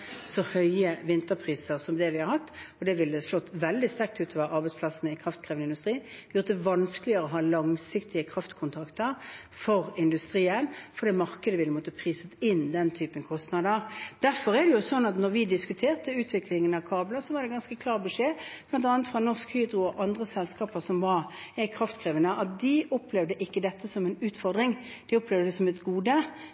hatt, og det ville slått veldig sterkt ut for arbeidsplassene i kraftkrevende industri, gjort det vanskeligere å ha langsiktige kraftkontrakter for industrien fordi markedet hadde måttet prise inn den typen kostnader. Da vi diskuterte utviklingen av kabler, var det derfor en ganske klar beskjed bl.a. fra Norsk Hydro og andre selskaper som er kraftkrevende, om at de ikke opplevde dette som en